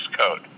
code